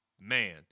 man